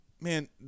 man